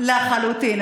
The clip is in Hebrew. לחלוטין.